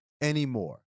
anymore